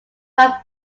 wife